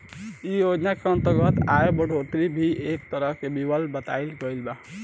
ऐ योजना के अंतर्गत आय बढ़ोतरी भी एक तरह विकल्प बतावल गईल बा